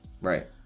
Right